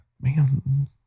man